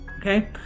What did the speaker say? Okay